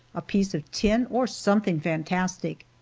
a piece of tin, or something fantastic.